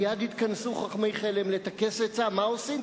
מייד התכנסו חכמי חלם לטכס עצה מה עושים,